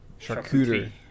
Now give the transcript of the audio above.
Charcuterie